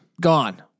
gone